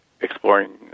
exploring